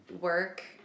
work